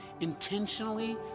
intentionally